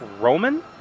Roman